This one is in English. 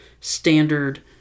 standard